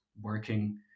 working